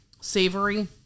savory